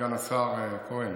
סגן השר כהן,